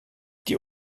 die